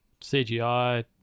CGI